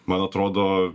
man atrodo